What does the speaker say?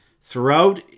Throughout